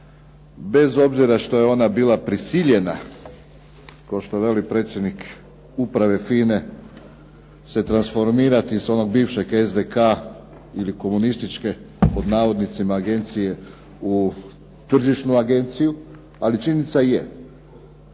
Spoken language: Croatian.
bez obzira što je ona bila prisiljena, kao što veli predsjednik uprave FINA-e se transformirati s onog bivšeg SDK-a ili "Komunističke" agencije u tržišnu agenciju. Ali činjenica je